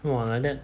!wah! like that